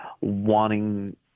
wanting